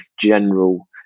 general